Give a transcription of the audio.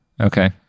Okay